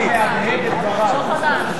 מי נגד?